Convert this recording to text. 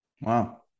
Wow